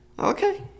Okay